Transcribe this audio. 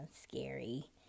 scary